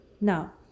Now